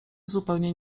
zupełnie